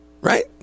right